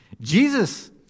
Jesus